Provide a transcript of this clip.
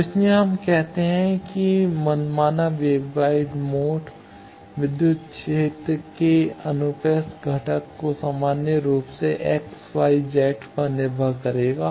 तो इसीलिए हम कहते हैं कि एक मनमाना वेवगाइड मोड विद्युत क्षेत्र के अनुप्रस्थ घटक को सामान्य रूप से x y z पर निर्भर करेगा